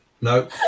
no